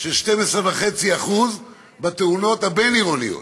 של 12.5% בתאונות הבין-עירוניות,